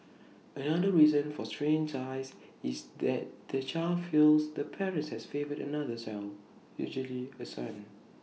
another reason for strained ties is that the child feels the parent has favoured another son usually A son